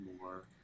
More